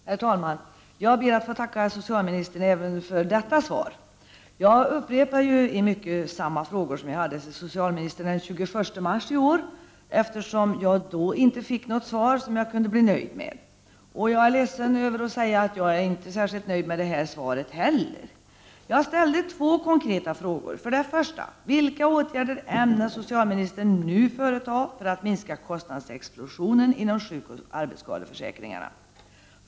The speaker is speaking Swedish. Herr talman! Jag ber att få tacka socialministern även för detta svar. Jag upprepar i mycket samma frågor som jag ställde till socialministern den 21 mars i år, eftersom jag då inte fick något svar som jag kunde bli nöjd med. Jag är ledsen över att behöva säga att jag inte är nöjd med detta svar heller. Jag ställde två konkreta frågor: 1. Vilka åtgärder ämnar socialministern nu företa för att minska kostnadsexplosionen inom sjukoch arbetsskadeförsäkringarna?